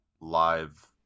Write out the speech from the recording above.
live